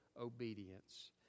obedience